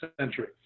century